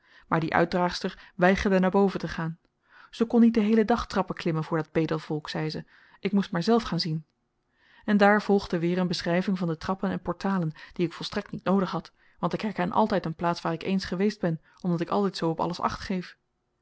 maar die uitdraagster weigerde naar boven te gaan ze kon niet den heelen dag trappen klimmen voor dat bedelvolk zeide zy ik moest maar zelf gaan zien en daar volgde weer een beschryving van de trappen en portalen die ik volstrekt niet noodig had want ik herken altyd een plaats waar ik eens geweest ben omdat ik altyd zoo op alles acht geef